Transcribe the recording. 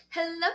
Hello